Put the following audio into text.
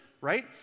right